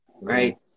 right